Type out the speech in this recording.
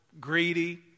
greedy